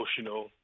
emotional